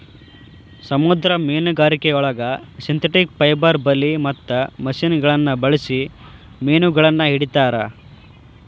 ಸಮುದ್ರ ಮೇನುಗಾರಿಕೆಯೊಳಗ synthetic fibre ಬಲಿ ಮತ್ತ ಮಷಿನಗಳನ್ನ ಬಳ್ಸಿ ಮೇನಗಳನ್ನ ಹಿಡೇತಾರ